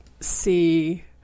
see